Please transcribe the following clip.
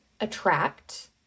attract